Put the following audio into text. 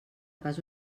pas